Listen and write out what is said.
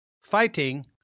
fighting